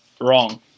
Wrong